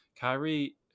Kyrie